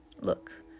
look